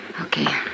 Okay